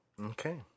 Okay